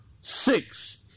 six